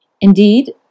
Indeed